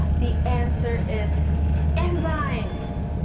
the answer is enzymes!